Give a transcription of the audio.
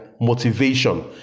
motivation